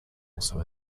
also